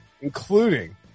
including